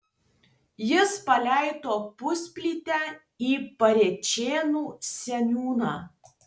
jis paleido pusplytę į parėčėnų seniūną